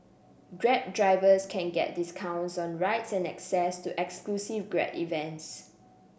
drab drivers can get discounts on rides and access to exclusive Grab events